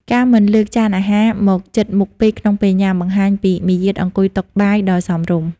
ការមិនលើកចានអាហារមកជិតមុខពេកក្នុងពេលញ៉ាំ បង្ហាញពីមារយាទអង្គុយតុបាយដ៏សមរម្យ។